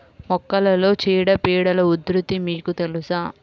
మొక్కలలో చీడపీడల ఉధృతి మీకు తెలుసా?